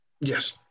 Yes